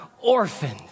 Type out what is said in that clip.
orphaned